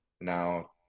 now